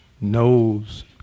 knows